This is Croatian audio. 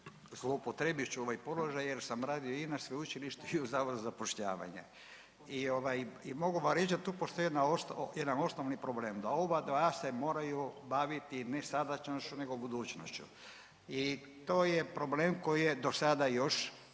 zloupotrijebit ću ovaj položaj jer sam radio i na sveučilištu i u Zavodu za zapošljavanje i mogu vam reći da tu postoji jedan osnovni problem, da oba dva se moraju baviti ne sadašnjošću, nego budućnošću. I to je problem koji je do sada još